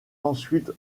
ensuite